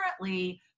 currently